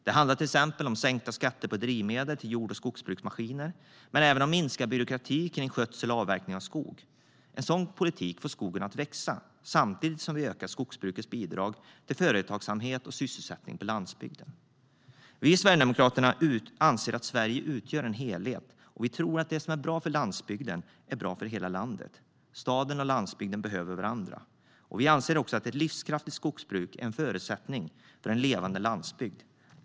Det handlar till exempel om sänkta skatter på drivmedel till jord och skogsbruksmaskiner men även om minskad byråkrati kring skötsel och avverkning av skog. En sådan politik får skogen att växa samtidigt som vi ökar skogsbrukets bidrag till företagsamhet och sysselsättning på landsbygden. Vi i Sverigedemokraterna anser att Sverige utgör en helhet, och vi tror att det som är bra för landsbygden är bra för hela landet. Staden och landsbygden behöver varandra. Vi anser också att ett livskraftigt skogsbruk är en förutsättning för en levande landsbygd.